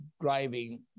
driving